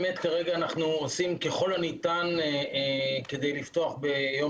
כרגע אנחנו עושים ככל הניתן כדי לפתוח ביום